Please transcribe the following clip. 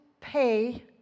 pay